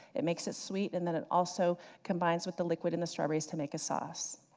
it makes it sweet and then it also combines with the liquid in the strawberries to make a sauce.